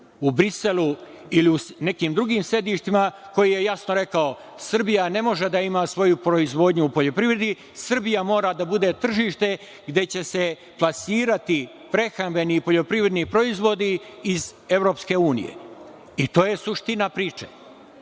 u Briselu ili u nekim drugim sedištima, koji je jasno rekao – Srbija ne može da ima svoju proizvodnju u poljoprivredi, Srbija mora da bude tržište gde će se plasirati prehrambeni poljoprivredni proizvodi iz EU. To je suština priče.